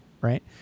right